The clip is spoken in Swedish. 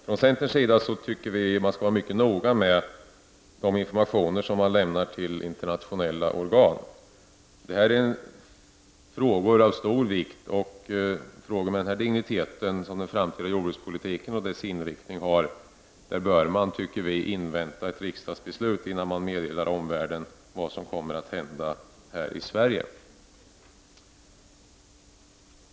Vi i centern tycker att man skall vara mycket noga med de informationer som man lämnar till internationella organ. Detta är frågor av stor vikt, och när det gäller frågor av den här digniteten om den framtida jordbrukspolitikens inriktning bör man, anser vi, invänta ett riksdagsbeslut innan man meddelar omvärlden vad som kommer att hända här i Sverige.